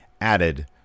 added